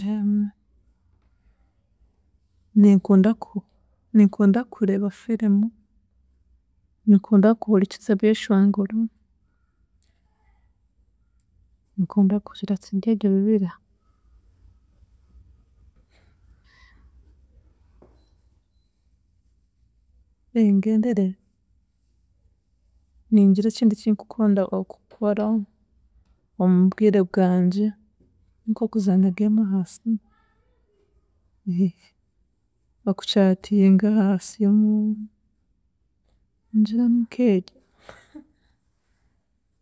Ninkunda ku- ninkunda kureeba film, ninkunda kuhurikiza ebyeshongoro, ninkunda kugiriraki nk'eryo bibira ngendere ningira ekindi kinkunda okukora omu bwire bwangye nk'okuzaana game aha simu, oku chartinga aha simu ningira nink'eryo.